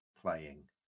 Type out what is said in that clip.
playing